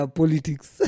politics